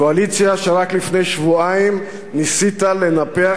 קואליציה שרק לפני שבועיים ניסית לנפח